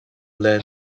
land